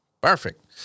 perfect